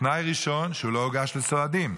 תנאי ראשון: שהוא לא הוגש לסועדים.